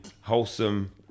wholesome